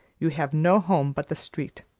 you have no home but the street.